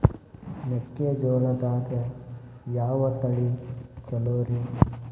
ಮೆಕ್ಕಿಜೋಳದಾಗ ಯಾವ ತಳಿ ಛಲೋರಿ?